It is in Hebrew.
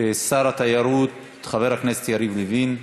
שר התיירות חבר הכנסת יריב לוין.